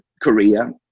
korea